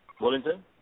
Wellington